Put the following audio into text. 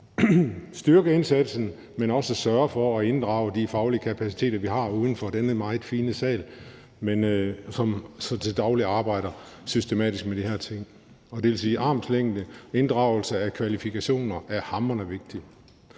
styrke indsatsen, men også sørge for at inddrage de faglige kapaciteter, vi har uden for denne meget fine sal, men som så til daglig arbejder systematisk med de her ting. Og det vil sige, at armslængde og inddragelse af kvalifikationer er hamrende vigtigt.